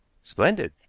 splendid!